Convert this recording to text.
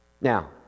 Now